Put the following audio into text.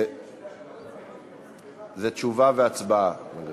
זו תשובה והצבעה.